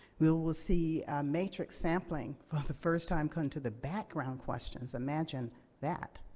will will see matrix sampling for the first time coming to the background questions. imagine that.